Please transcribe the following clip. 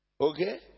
Okay